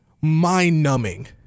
mind-numbing